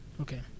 okay